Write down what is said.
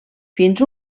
fins